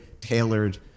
tailored